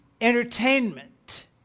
entertainment